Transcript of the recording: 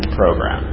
program